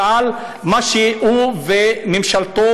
על מה שהוא וממשלתו